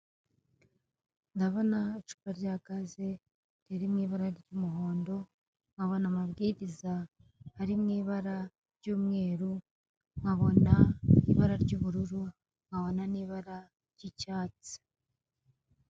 Ndabona icupa rya gaze riri mwibara ry'umuhondo nkabona amabwiriza Ari mwibara ry'umweru nkabona ibara ry'ubururu nkabona nibara ry'icyatsi.